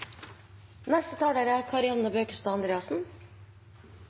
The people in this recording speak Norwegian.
Neste taler er